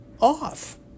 off